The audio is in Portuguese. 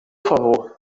favor